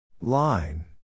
Line